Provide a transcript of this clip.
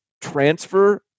transfer